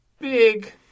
Big